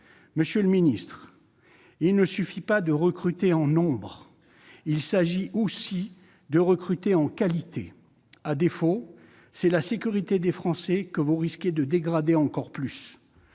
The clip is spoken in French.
Monsieur le ministre, il ne suffit pas de recruter en nombre ; il s'agit aussi de recruter en qualité. À défaut, c'est la sécurité des Français que vous risquez de dégrader encore plus.